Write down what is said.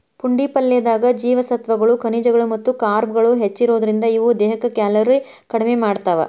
ಪುಂಡಿ ಪಲ್ಲೆದಾಗ ಜೇವಸತ್ವಗಳು, ಖನಿಜಗಳು ಮತ್ತ ಕಾರ್ಬ್ಗಳು ಹೆಚ್ಚಿರೋದ್ರಿಂದ, ಇವು ದೇಹದ ಕ್ಯಾಲೋರಿ ಕಡಿಮಿ ಮಾಡ್ತಾವ